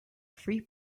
free